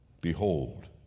Behold